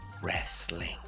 wrestling